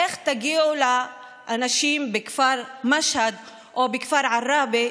איך תגיעו לאנשים בכפר משהד או בכפר עראבה,